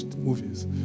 movies